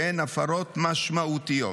שהן הפרות משמעותיות.